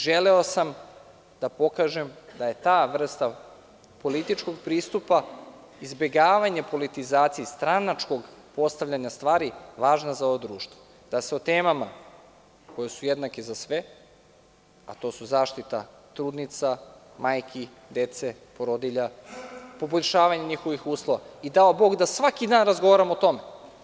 Želeo sam da pokažem da je ta vrsta političkog pristupa, izbegavanje politizacije stranačkog postavljanja stvari, važna za ovo društvo, da se o temama koje su jednake za sve, a to su zaštita trudnica, majki, dece i porodilja, poboljšavanje njihovih uslova i dao bog svaki dan razgovaramo o tome.